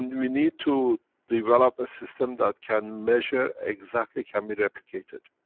and we need to develop a system that can measure exactly, can be replicated.